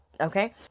Okay